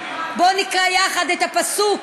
מה, בוא נקרא יחד את הפסוק,